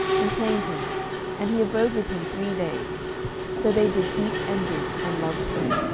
retained him and he abode with him three days so they did eat and drink, and lodged there.